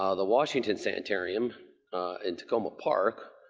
ah the washington sanatorium in takoma park,